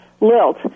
lilt